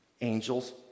angels